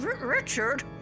Richard